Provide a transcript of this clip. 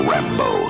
Rambo